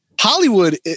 Hollywood